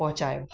पहुचायो